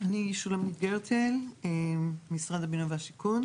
אני שולמית גרטן ממשרד הבינוי והשיכון.